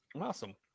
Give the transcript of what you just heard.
Awesome